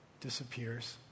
disappears